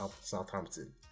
Southampton